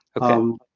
Okay